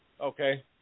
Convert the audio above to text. Okay